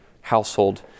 household